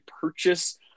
purchase